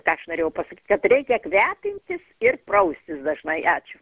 ką aš norėjau pasakyt kad reikia kvepintis ir praustis dažnai ačiū